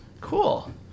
cool